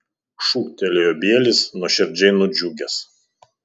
šūktelėjo bielis nuoširdžiai nudžiugęs